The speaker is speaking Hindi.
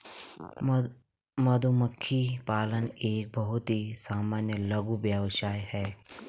मधुमक्खी पालन एक बहुत ही सामान्य लघु व्यवसाय है